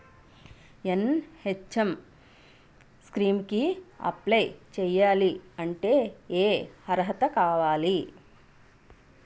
NHM scheme కి apply చేయాలి అంటే ఏ అర్హత కావాలి?